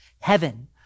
heaven